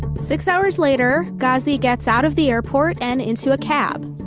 six hours later, ghazi gets out of the airport and into a cab.